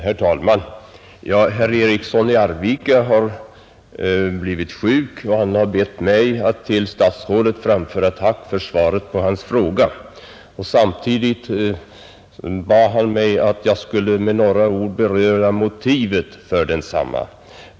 Herr talman! Herr Eriksson i Arvika har blivit sjuk och har därför bett mig att till statsrådet Wickman framföra ett tack för svaret på hans fråga. Samtidigt har han bett mig att jag med några ord skulle beröra motivet för densamma.